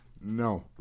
No